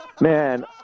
Man